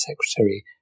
Secretary